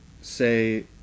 say